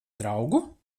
draugu